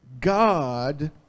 God